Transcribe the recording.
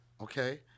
okay